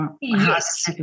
Yes